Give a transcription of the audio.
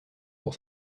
pour